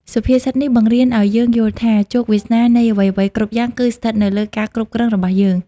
សុភាសិតនេះបង្រៀនឱ្យយើងយល់ថា ជោគវាសនានៃអ្វីៗគ្រប់យ៉ាងគឺស្ថិតនៅលើការគ្រប់គ្រងរបស់យើង។